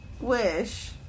wish